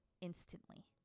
instantly